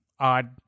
odd